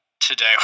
today